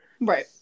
Right